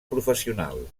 professional